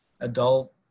adult